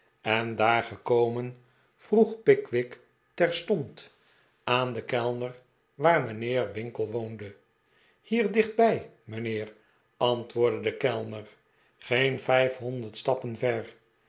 en daar gekomen vroeg pickwick terstond aan den kellner waar mijnheer winkle woonde hier dichtbij mijnheer antwoordde de kellner geen vijfhonderd stappen ver